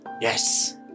Yes